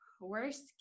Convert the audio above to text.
Worst